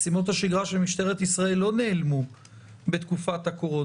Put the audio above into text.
משימות השגרה של משטרת ישראל לא נעלמו בתקופת הקורונה.